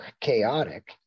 chaotic